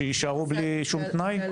שיישארו בלי שום תנאי?